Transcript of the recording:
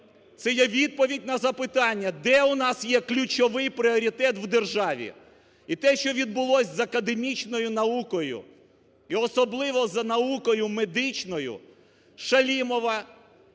це є відповідь на запитання, де у нас є ключовий пріоритет у державі. І те, що відбулося з академічною наукою, і особливо з наукою медичною: Шалімова,